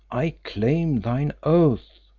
i claim thine oath.